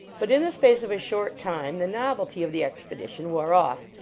but in the space of a short time, the nov elty of the expedition wore off,